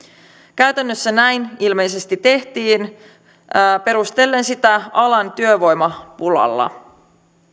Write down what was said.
käytännössä näin ilmeisesti tehtiin perustellen sitä alan työvoimapulalla